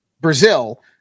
Brazil